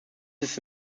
ist